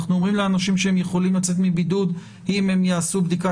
אנחנו אומרים לאנשים שהם יכולים לצאת מבידוד אם הם יעשו בדיקה